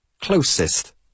closest